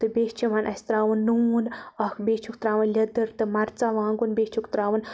تہٕ بیٚیہِ چھ وۄنۍ اَسہِ تراوُن نوٗن اکھ تہٕ بیٚیہِ چھُکھ تراوُن لیٚدٕر تہٕ مَرژٕوانٛگُن تہٕ بیٚیہِ چھُکھ تراوُن